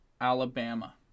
Alabama